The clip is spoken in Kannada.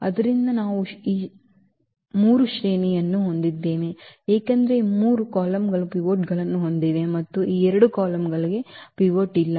ಆದ್ದರಿಂದ ನಾವು 3 ಶ್ರೇಣಿಯನ್ನು ಹೊಂದಿದ್ದೇವೆ ಏಕೆಂದರೆ ಈ 3 ಕಾಲಮ್ಗಳು ಪಿವೋಟ್ಗಳನ್ನು ಹೊಂದಿವೆ ಮತ್ತು ಈ ಎರಡು ಕಾಲಮ್ಗಳಿಗೆ ಪಿವೋಟ್ ಇಲ್ಲ